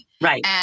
right